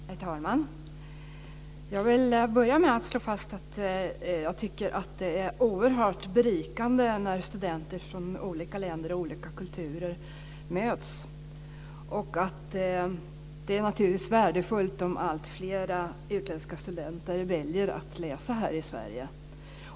Herr talman! Jag vill börja med att slå fast att jag tycker att det är oerhört berikande när studenter från olika länder och kulturer möts. Det är naturligtvis värdefullt om alltfler utländska studenter väljer att läsa i Sverige.